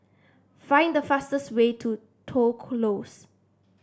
find the fastest way to Toh Close